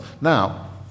Now